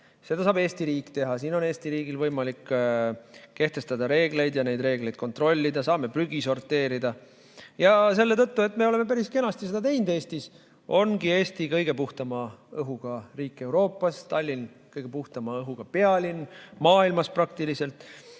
Seda saab Eesti riik teha, siin on Eesti riigil võimalik kehtestada reegleid ja neid reegleid kontrollida, saame prügi sorteerida. Selle tõttu, et me oleme päris kenasti seda teinud, ongi Eesti kõige puhtama õhuga riik Euroopas, Tallinn praktiliselt kõige puhtama õhuga pealinn maailmas. Nii et